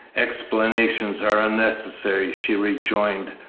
explanations are unnecessary, she rejoined,